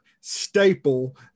staple